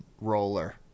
roller